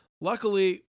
luckily